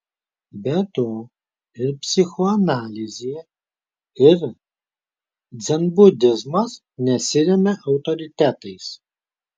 be to ir psichoanalizė ir dzenbudizmas nesiremia autoritetais